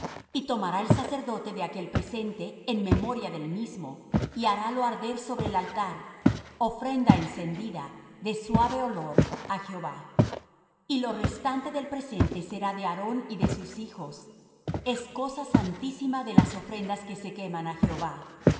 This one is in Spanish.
y tomará el sacerdote de aquel presente en memoria del mismo y harálo arder sobre el altar ofrenda encendida de suave olor á jehová y lo restante del presente será de aarón y de sus hijos es cosa santísima de las ofrendas que se queman á jehová